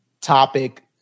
topic